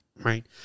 right